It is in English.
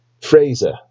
Fraser